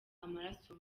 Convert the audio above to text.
amaraso